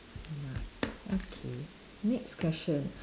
ya okay next question